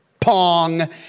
Pong